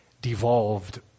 Devolved